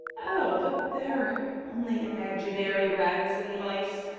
oh, but they're only imaginary rats and mice.